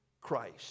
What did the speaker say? Christ